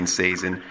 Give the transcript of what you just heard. season